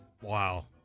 Wow